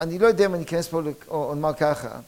אני לא יודע אם אני אכנס פה ל... או למה ככה